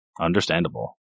Understandable